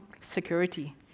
security